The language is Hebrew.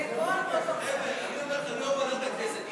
אני אומר לכם, לא ועדת הכנסת.